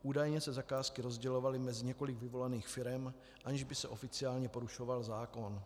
Údajně se zakázky rozdělovaly mezi několik vyvolených firem, aniž by se oficiálně porušoval zákon.